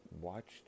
watched